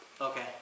Okay